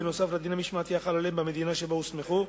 בנוסף לדין המשמעתי החל עליהם במדינה שבה הוסמכו,